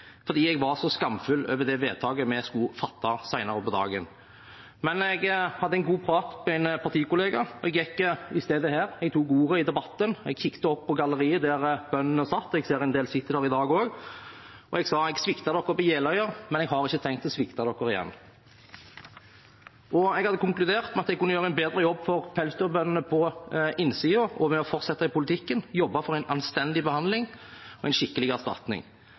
fordi jeg var så skamfull over det vedtaket vi skulle fatte senere på dagen. Men jeg hadde en god prat med en partikollega, og jeg gikk i stedet hit, tok ordet i debatten og kikket opp på galleriet der bøndene satt – jeg ser en del sitter der i dag også – og jeg sa: Jeg sviktet dere på Jeløya, men jeg har ikke tenkt å svikte dere igjen. Jeg hadde konkludert med at jeg kunne gjøre en bedre jobb for pelsdyrbøndene på innsiden og ved å fortsette i politikken og jobbe for en anstendig behandling og en skikkelig erstatning.